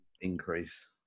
increase